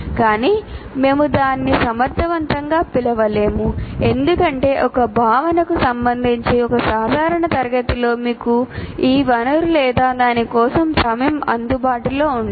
కానీ మేము దానిని సమర్థవంతంగా పిలవలేము ఎందుకంటే ఒక భావనకు సంబంధించి ఒక సాధారణ తరగతిలో మీకు ఈ వనరు లేదా దాని కోసం సమయం అందుబాటులో ఉండదు